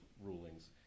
rulings